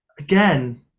again